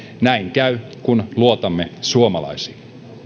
näin käy kun luotamme suomalaisiin